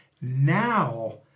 now